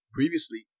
Previously